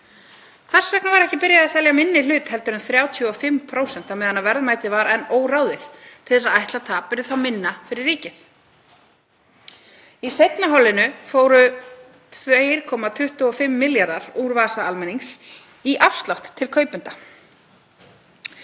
Hvers vegna var ekki byrjað að selja minni hlut en 35% á meðan verðmætið var enn óráðið til þess að ætlað tap yrði minna fyrir ríkið? Í seinna hollinu fóru 2,25 milljarðar úr vasa almennings í afslátt til kaupenda